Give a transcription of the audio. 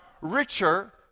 richer